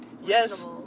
Yes